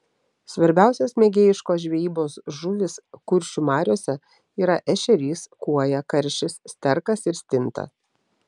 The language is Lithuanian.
svarbiausios mėgėjiškos žvejybos žuvys kuršių mariose yra ešerys kuoja karšis sterkas ir stinta